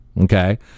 okay